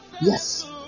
Yes